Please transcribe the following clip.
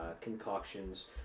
concoctions